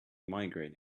migraine